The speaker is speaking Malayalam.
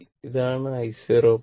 അതായത് i 0